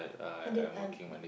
undead aunt